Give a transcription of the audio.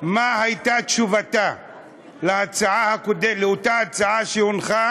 הייתה אז תשובתה לאותה הצעה שהונחה